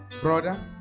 brother